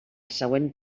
següent